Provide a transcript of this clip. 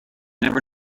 never